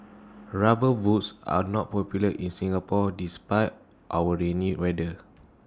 rubber boots are not popular in Singapore despite our rainy weather